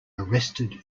arrested